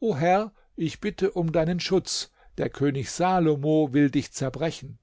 herr ich bitte um deinen schutz der könig salomo will dich zerbrechen